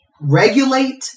regulate